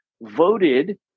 voted